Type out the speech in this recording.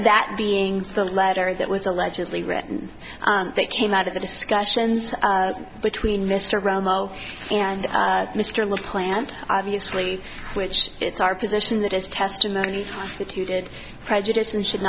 that being the letter that was allegedly written that came out of the discussions between mr romo and mr little plant obviously which it's our position that is testimony that you did prejudice and should